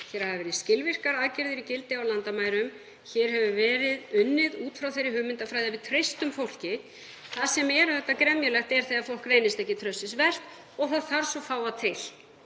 hér hafa verið skilvirkar aðgerðir í gildi á landamærum og hér hefur verið unnið út frá þeirri hugmyndafræði að við treystum fólki. Auðvitað er gremjulegt þegar fólk reynist ekki traustsins vert. Það þarf svo fáa til